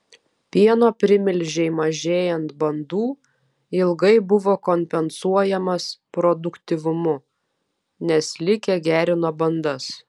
pieno primilžiai mažėjant bandų ilgai buvo kompensuojamas produktyvumu nes likę gerino bandas